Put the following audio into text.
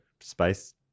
space